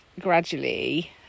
gradually